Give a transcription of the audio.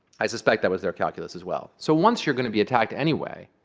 i suspect that was their calculus as well. so once you're going to be attacked anyway,